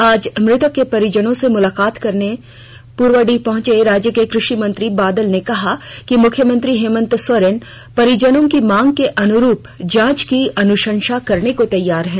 आज मृतक के परिजनों से मुलाकात करने पूर्वडीहा पहुंचे राज्य के कृषि मंत्री बादल ने कहा कि मुख्यमंत्री हेमंत सोरेन परिजनों की मांग के अनुरूप जांच की अनुशंसा करने को तैयार हैं